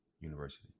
University